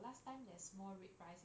last time there's more red rice